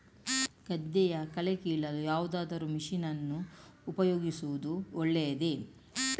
ಗದ್ದೆಯ ಕಳೆ ಕೀಳಲು ಯಾವುದಾದರೂ ಮಷೀನ್ ಅನ್ನು ಉಪಯೋಗಿಸುವುದು ಒಳ್ಳೆಯದೇ?